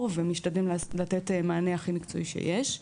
ומשתדלים לתת מענה הכי מקצועי שיש.